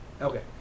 Okay